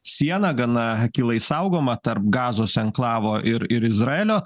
sieną gana akylai saugomą tarp gazos anklavo ir ir izraelio